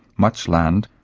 much land,